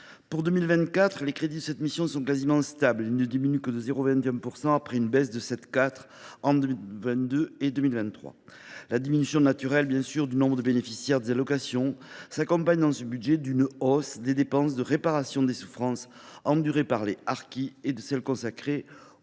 Pour 2024, les crédits de cette mission sont quasiment stables : ils ne diminuent que de 0,21 %, après une baisse de 7,4 % entre 2022 et 2023. La diminution naturelle du nombre des bénéficiaires des allocations s’accompagne, dans ce budget, d’une hausse des dépenses de réparation des souffrances endurées par les harkis, ainsi que de celles qui sont